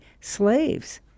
slaves